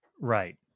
Right